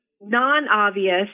non-obvious